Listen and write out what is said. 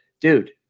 dude